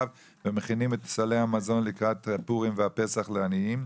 ומכינים את סלי המזון לקראת פורים והפסח לעניים.